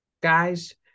guys